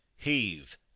heave